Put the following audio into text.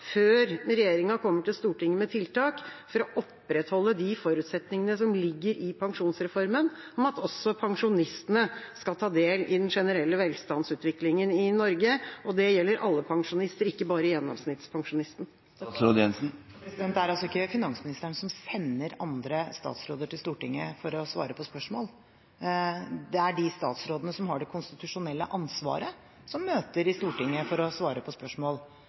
før regjeringa kommer til Stortinget med tiltak for å opprettholde de forutsetningene som ligger i pensjonsreformen om at også pensjonistene skal ta del i den generelle velstandsutviklingen i Norge – og det gjelder alle pensjonister, ikke bare gjennomsnittspensjonisten? Det er altså ikke finansministeren som sender andre statsråder til Stortinget for å svare på spørsmål. Det er de statsrådene som har det konstitusjonelle ansvaret, som møter i Stortinget for å svare på spørsmål.